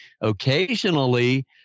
occasionally